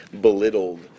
belittled